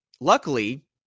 luckily